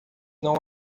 não